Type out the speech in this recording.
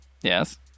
Yes